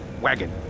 wagon